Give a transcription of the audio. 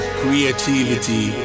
creativity